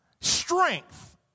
strength